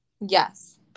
Yes